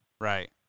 Right